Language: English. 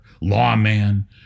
lawman